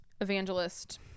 evangelist